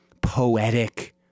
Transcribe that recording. poetic